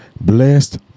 blessed